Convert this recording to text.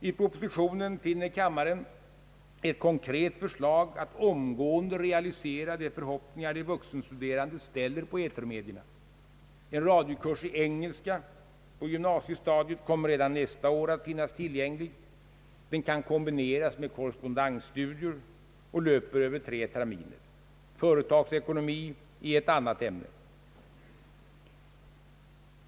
I propositionen finner kammaren ett konkret förslag att omgående realisera de förhoppningar de vuxenstuderande ställer på etermedierna. En radiokurs i engelska på gymnasiestadiet kommer redan nästa år att finnas tillgänglig. Den kan kombineras med korrespondensstudier och löper över tre terminer. Företagsekonomi är ett annat ämne.